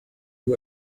you